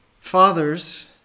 Fathers